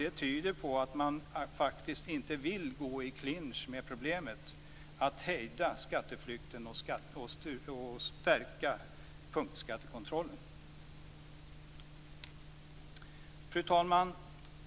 Det tyder på att man inte vill gå i klinch med problemet, dvs. att hejda skatteflykten och stärka punktskattekontrollen. Fru talman!